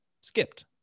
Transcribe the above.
skipped